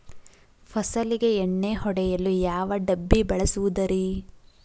ಫಸಲಿಗೆ ಎಣ್ಣೆ ಹೊಡೆಯಲು ಯಾವ ಡಬ್ಬಿ ಬಳಸುವುದರಿ?